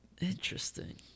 interesting